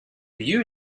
you